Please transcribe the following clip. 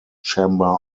chamber